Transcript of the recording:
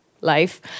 life